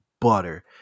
butter